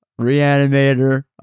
Reanimator